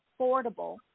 affordable